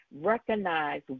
recognize